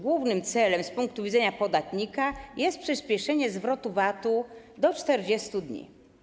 Głównym celem z punktu widzenia podatnika jest przyspieszenie zwrotu VAT do 40 dni.